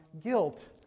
guilt